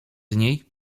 niej